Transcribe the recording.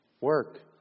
Work